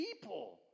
people